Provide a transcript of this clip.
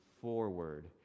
forward